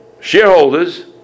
shareholders